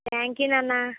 thank you నాన్న